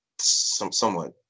somewhat